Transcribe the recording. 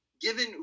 given